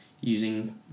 using